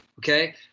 okay